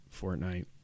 Fortnite